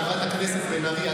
חברת הכנסת בן ארי,